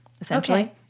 essentially